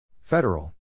Federal